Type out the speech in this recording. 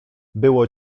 było